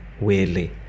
weirdly